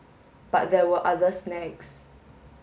but there were other snags